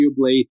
arguably